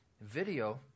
video